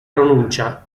pronuncia